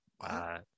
Wow